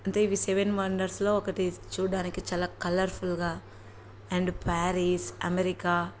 అంటే ఇవి సెవెన్ వండర్స్లో ఒకటి చూడ్డానికి చాలా కలర్ఫుల్గా అండ్ ప్యారిస్ అమెరికా